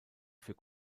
für